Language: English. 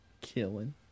Killing